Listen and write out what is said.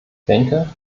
denke